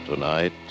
Tonight